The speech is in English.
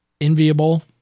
enviable